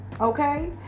okay